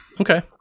Okay